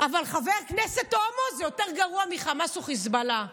אבל חבר כנסת הומו זה יותר גרוע מחמאס או חיזבאללה.